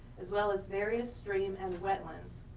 as well as various stream and wetlands.